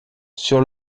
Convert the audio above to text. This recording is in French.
sur